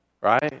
Right